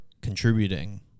contributing